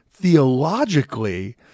theologically